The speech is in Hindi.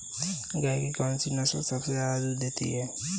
गाय की कौनसी नस्ल सबसे ज्यादा दूध देती है?